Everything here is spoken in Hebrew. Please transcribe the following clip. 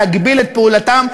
להגביל את פעולתם,